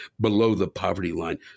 below-the-poverty-line